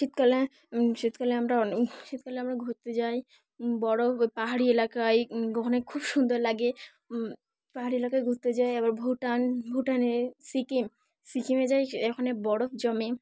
শীতকালে শীতকালে আমরা শীতকালে আমরা ঘুরতে যাই বরফ ও পাহাড়ি এলাকায় ওখানে খুব সুন্দর লাগে পাহাড়ি এলাকায় ঘুরতে যাই আবার ভুটান ভুটানে সিকিম সিকিমে যাই এখানে বরফ জমে